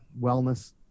wellness